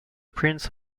prince